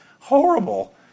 horrible